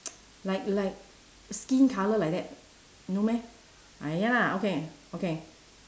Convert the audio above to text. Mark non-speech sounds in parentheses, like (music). (noise) like like skin colour like that no meh ah ya lah okay okay